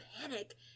panic